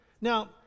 Now